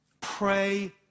pray